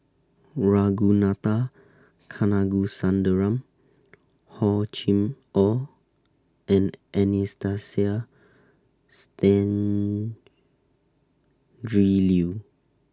Ragunathar Kanagasuntheram Hor Chim Or and Anastasia Tjendri Liew